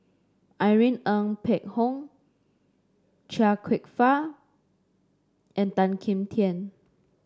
Irene Ng Phek Hoong Chia Kwek Fah and Tan Kim Tian